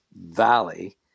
valley